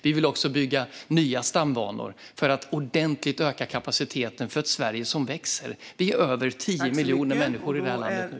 Vi vill också bygga nya stambanor för att ordentligt öka kapaciteten för ett Sverige som växer. Vi är nu över 10 miljoner människor i det här landet.